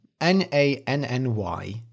N-A-N-N-Y